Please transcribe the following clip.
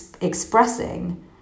expressing